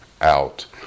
out